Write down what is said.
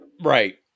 Right